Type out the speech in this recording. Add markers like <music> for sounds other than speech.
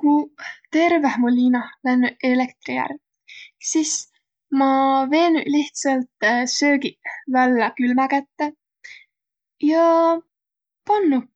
Kuq terveh mu liinah lännüq eelektri ärq, sis ma veenüq lihtsalt <hesitation> söögiq vällä külmä kätte ja pandnuq